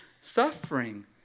suffering